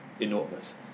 enormous